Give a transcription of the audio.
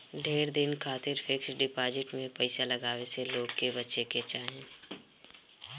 ढेर दिन खातिर फिक्स डिपाजिट में पईसा लगावे से लोग के बचे के चाही